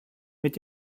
mit